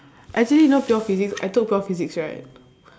actually no pure physics I took pure physics right